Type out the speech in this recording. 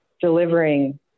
delivering